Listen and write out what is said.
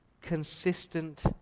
consistent